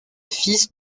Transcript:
fils